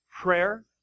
prayer